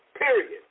Period